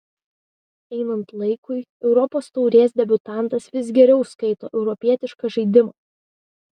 einant laikui europos taurės debiutantas vis geriau skaito europietišką žaidimą